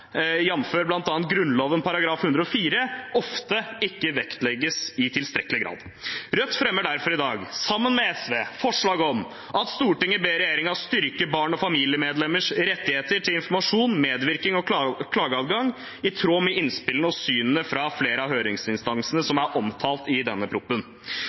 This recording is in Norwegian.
Grunnloven § 104, ofte ikke vektlegges i tilstrekkelig grad. Rødt fremmer derfor i dag sammen med SV forslag om at Stortinget ber regjeringen styrke barns og familiemedlemmers rettigheter til informasjon, medvirkning og klageadgang i tråd med innspillene og synene fra flere av høringsinstansene som er omtalt i denne